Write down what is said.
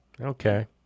okay